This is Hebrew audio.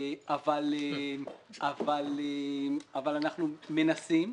אבל אנחנו מנסים.